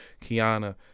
Kiana